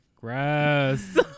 grass